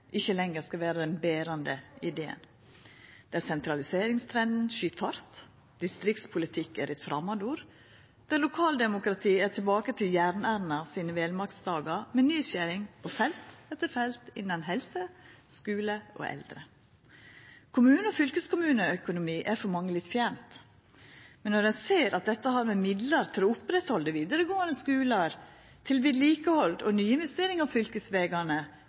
ikkje lenger skal vera den berande ideen, der sentraliseringstrenden skyt fart, distriktspolitikk er eit framandord, der lokaldemokratiet er tilbake til Jern-Erna sine velmaktsdagar med nedskjering på felt etter felt innan helse, skule og eldreomsorg. Kommune- og fylkeskommuneøkonomi er for mange litt fjernt. Men når ein ser at dette har med midlar til å oppretthalda vidaregåande skular, til vedlikehald og nyinvesteringar av fylkesvegane,